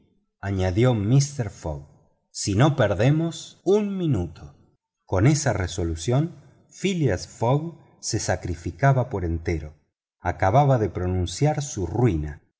añadió mister fogg si no perdemos un minuto con esta resolución phileas fogg se sacrificaba por entero acababa de pronunciar su ruina